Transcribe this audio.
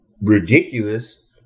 ridiculous